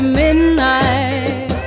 midnight